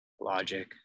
Logic